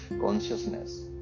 consciousness